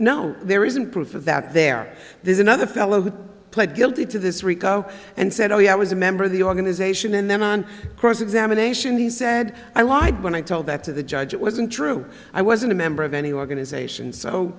no there isn't proof of that there is another fellow who pled guilty to this rico and said oh yeah i was a member of the organization and then on cross examination he said i lied when i told that to the judge it wasn't true i wasn't a member of any organization so